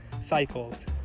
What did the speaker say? cycles